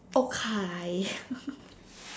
okay